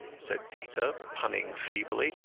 said peter, punning feebly,